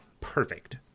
perfect